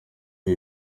ibi